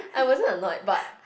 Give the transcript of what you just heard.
I wasn't annoyed but